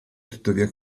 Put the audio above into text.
tuttavia